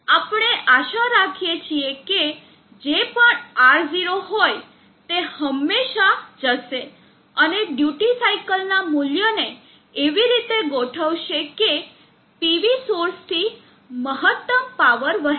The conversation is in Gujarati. અને આપણે આશા રાખીએ છીએ કે જે પણ R0 હોઈ તે હંમેશા જશે અને ડ્યુટી સાઇકલ ના મૂલ્યને એવી રીતે ગોઠવશે કે PV સોર્સથી મહત્તમ પાવર વહે